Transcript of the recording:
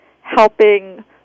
helping